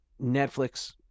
netflix